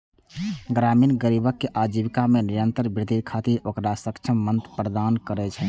ग्रामीण गरीबक आजीविका मे निरंतर वृद्धि खातिर ओकरा सक्षम मंच प्रदान कैल जाइ छै